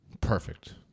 Perfect